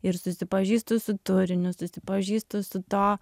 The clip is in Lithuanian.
ir susipažįstu su turiniu susipažįstu su to